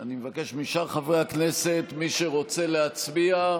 אני מבקש משאר חברי הכנסת, מי שרוצה להצביע,